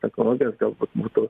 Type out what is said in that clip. technologijas galbūt būtų